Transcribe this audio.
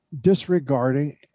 disregarding